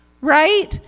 right